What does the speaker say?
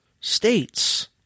States